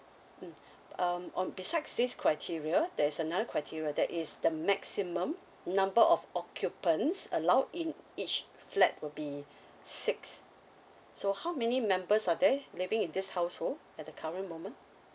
mm um oh besides this criteria there's another criteria that is the maximum number of occupants allowed in each flat will be six so how many members are there living in this household at the current moment